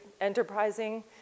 enterprising